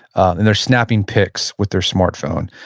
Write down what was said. and they're snapping pics with their smartphone.